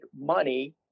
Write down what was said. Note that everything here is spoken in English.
money